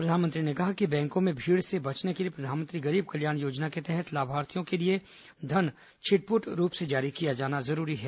प्रधानमंत्री ने कहा कि बैंकों में भीड़ से बचने के लिये प्रधानमंत्री गरीब कल्याण योजना के तहत लाभार्थियों के लिये धन छिटपुट रूप से जारी किया जाना जरूरी है